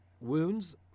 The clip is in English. wounds